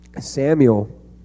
Samuel